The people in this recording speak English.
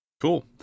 cool